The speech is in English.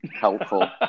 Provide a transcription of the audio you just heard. Helpful